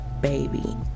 baby